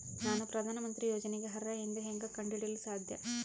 ನಾನು ಪ್ರಧಾನ ಮಂತ್ರಿ ಯೋಜನೆಗೆ ಅರ್ಹ ಎಂದು ಹೆಂಗ್ ಕಂಡ ಹಿಡಿಯಲು ಸಾಧ್ಯ?